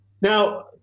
Now